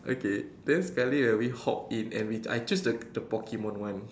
okay then sekali ah we hop in and we I choose the the Pokemon one